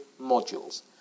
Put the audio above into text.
modules